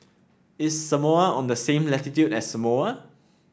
is Samoa on the same latitude as Samoa